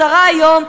השרה היום,